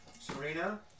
serena